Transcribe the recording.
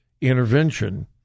intervention